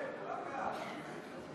בבקשה.